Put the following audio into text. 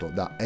da